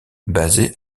basé